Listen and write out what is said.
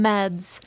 Meds